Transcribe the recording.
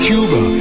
Cuba